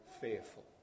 fearful